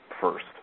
first